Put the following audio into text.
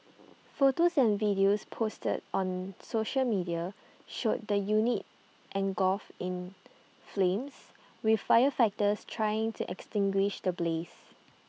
photos and videos posted on social media showed the unit engulfed in flames with firefighters trying to extinguish the blaze